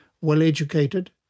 well-educated